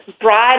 broad